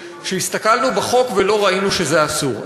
שהסתכלנו בחוק ולא ראינו שזה אסור.